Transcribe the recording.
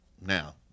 now